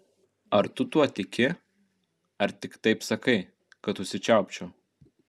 ar tu tuo tiki ar tik taip sakai kad užsičiaupčiau